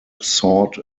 sought